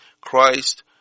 Christ